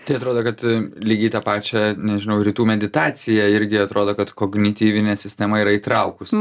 tai atrodo kad lygiai tą pačią nežinau rytų meditacija irgi atrodo kad kognityvinė sistema yra įtraukus